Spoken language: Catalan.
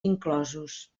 inclosos